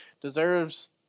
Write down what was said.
deserves